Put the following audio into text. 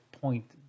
point